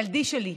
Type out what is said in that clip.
"ילדי שלי,